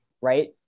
right